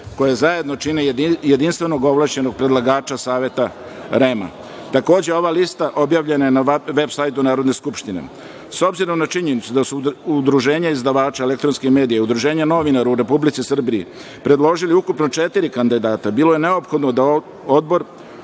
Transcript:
koje zajedno čine jedinstvenog ovlašćenog predlagača Saveta REM-a. Takođe, ova lista objavljena je na veb sajtu Narodne skupštine.S obzirom na činjenicu da su udruženja izdavača elektronskim medija, udruženja novinara u Republici Srbiji predložili ukupno četiri kandidata, bilo je neophodno da Odbor